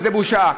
וזו בושה.